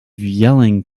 yelling